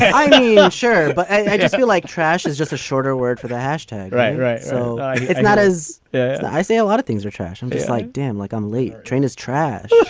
i'm i'm not sure, but i just feel like trash is just a shorter word for the hashtag. right. right. so it's not as i say, a lot of things are trash. and but it's like, damn, like i'm late. train is trash.